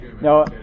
No